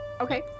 Okay